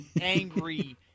angry